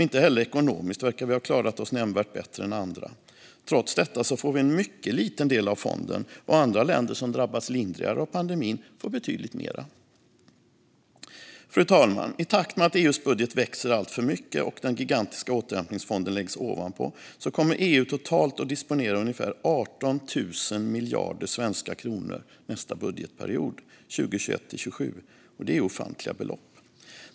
Inte heller ekonomiskt verkar vi ha klarat oss nämnvärt bättre än andra. Trots detta får vi en mycket liten del av fonden, och andra länder som har drabbats lindrigare av pandemin får betydligt mer. Fru talman! I takt med att EU:s budget växer alltför mycket och den gigantiska återhämtningsfonden läggs ovanpå kommer EU totalt att disponera ungefär 18 000 miljarder svenska kronor nästa budgetperiod, 2021-2027. Det är ofantliga belopp.